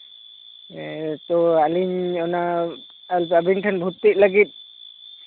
ᱦᱮᱸ ᱛᱳ ᱟᱞᱤᱧ ᱚᱱᱟ ᱟᱹᱵᱤᱱ ᱴᱷᱮᱱ ᱵᱷᱚᱛᱛᱤᱜ ᱞᱟᱹᱜᱤᱫ